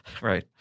Right